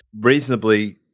reasonably